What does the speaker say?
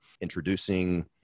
introducing